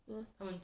ya